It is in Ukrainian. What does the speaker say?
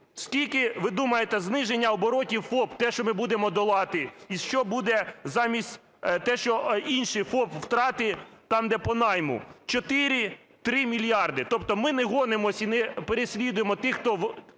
Скільки ви думаєте зниження оборотів ФОП, те, що ми будемо долати, і що буде замість… те, що інші ФОП втрати, там, де по найму? 4… 3 мільярди. Тобто ми не гонимось і не переслідуємо тих, хто